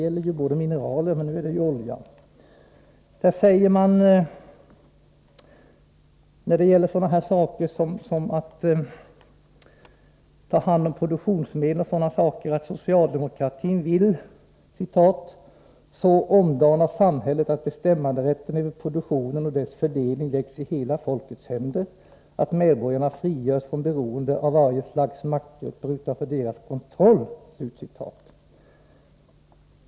I partiprogrammet säger man om produktionen att socialdemokratin vill ”så omdana samhället, att bestämmanderätten över produktionen och dess fördelning läggs i hela folkets händer, att medborgarna frigörs från beroende av varje slags maktgrupper utanför deras kontroll”.